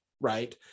right